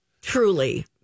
Truly